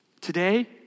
Today